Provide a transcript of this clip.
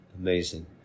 Amazing